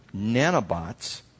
nanobots